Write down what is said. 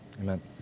Amen